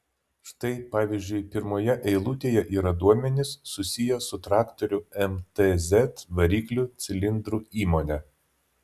štai pavyzdžiui pirmoje eilutėje yra duomenys susiję su traktorių mtz variklių cilindrų įmone